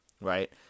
right